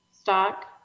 Stock